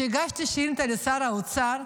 כשהגשתי שאילתה לשר האוצר,